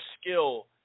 skill